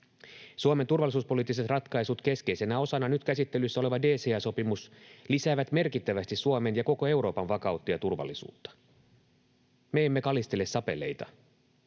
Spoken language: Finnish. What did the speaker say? Suomen turvallisuuspoliittiset ratkaisut, keskeisenä osana nyt käsittelyssä oleva DCA-sopimus, lisäävät merkittävästi Suomen ja koko Euroopan vakautta ja turvallisuutta. Me emme kalistele sapeleita.